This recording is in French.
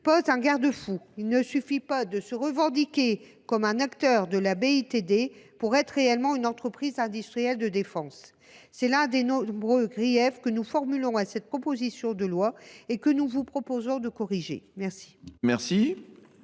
En effet, il ne suffit pas de se revendiquer comme un acteur de la BITD pour être réellement une entreprise industrielle de défense. C’est l’un des nombreux griefs que nous formulons envers cette proposition de loi et que nous vous proposons de corriger.